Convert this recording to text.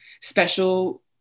special